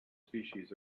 species